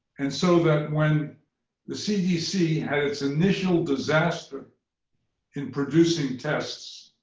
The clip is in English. and so that when the cdc had its initial disaster in producing tests,